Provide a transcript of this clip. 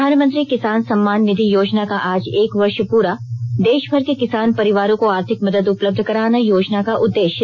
प्रधानमंत्री किसान सम्मान निधि योजना का आज एक वर्ष पूरा देशभर के किसान परिवारों को आर्थिक मदद उपलब्ध कराना योजना का उद्देश्य